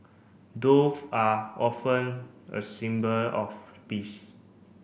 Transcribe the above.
dove are often a symbol of peace